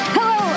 Hello